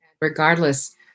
Regardless